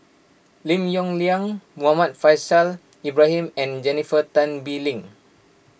Lim Yong Liang Muhammad Faishal Ibrahim and Jennifer Tan Bee Leng